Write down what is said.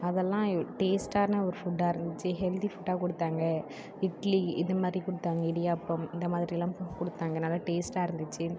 அதெல்லாம் டேஸ்ட்டான ஒரு ஃபுட்டாக இருந்துச்சு ஹெல்த்தி ஃபுட்டாக கொடுத்தாங்க இட்லி இதுமாதிரி கொடுத்தாங்க இடியாப்பம் இந்த மாதிரியெல்லாம் ஃபுட் கொடுத்தாங்க நல்லா டேஸ்ட்டாக இருந்துச்சு